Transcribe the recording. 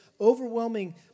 overwhelming